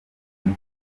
mike